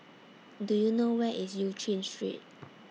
Do YOU know Where IS EU Chin Street